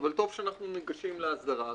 אבל טוב שאנחנו ניגשים להסדרה הזאת.